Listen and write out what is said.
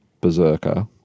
berserker